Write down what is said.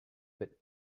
but